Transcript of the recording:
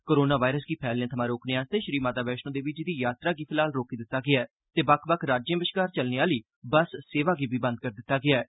corona virus गी फैलने थमा रोकने लेई श्री माता वैष्णो देवी जी दी यात्रा गी रोकी दित्ता गेआ ऐ ते बक्ख बक्ख राज्ये बश्कार चलने आहली बस सेवा गी बी रोकी दित्ता गेआ ऐ